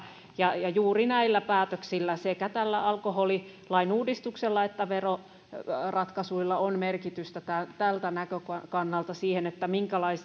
ja ja juuri näillä päätöksillä sekä tällä alkoholilain uudistuksella että veroratkaisuilla on merkitystä tältä näkökannalta